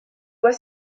voie